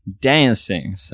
dancing